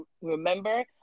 remember